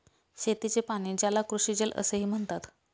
शेतीचे पाणी, ज्याला कृषीजल असेही म्हणतात